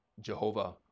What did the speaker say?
Jehovah